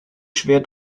schwer